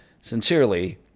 Sincerely